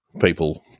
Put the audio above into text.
people